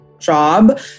job